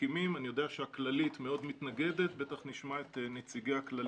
אני יודע שהכללית מאוד מתנגדת לזה.